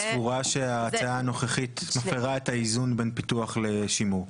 והצורה שההצעה הנוכחית מפרה את האיזון בין פיתוח לשימור.